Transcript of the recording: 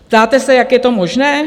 Ptáte se, jak je to možné?